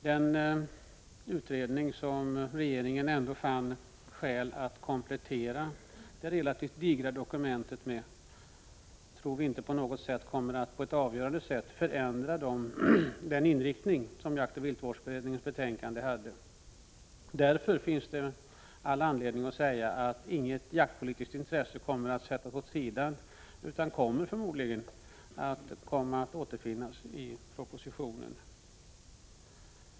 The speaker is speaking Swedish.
Den utredning som regeringen fann skäl att komplettera det relativt digra dokumentet med, tror vi inte på något avgörande sätt kommer att förändra den inriktning som 113 jaktoch viltvårdsberedningens betänkande hade. Därför finns det all anledning att säga att inget jaktpolitiskt intresse kommer att sättas åt sidan, utan de kommer förmodligen att återfinnas i propositionen.